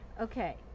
Okay